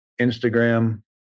Instagram